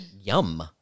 Yum